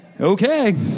Okay